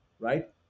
Right